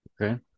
Okay